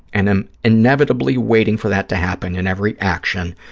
and i'm inevitably waiting for that to happen in every action,